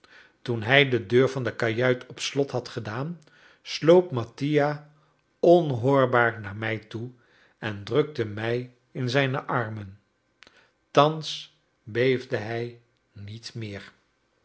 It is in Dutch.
toen hij de deur van de kajuit op slot had gedaan sloop mattia onhoorbaar naar mij toe en drukte mij in zijne armen thans beefde hij niet meer